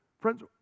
friends